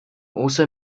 also